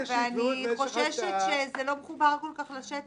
אני חוששת שזה לא מחובר כל כך לשטח וזה מטריד אותי.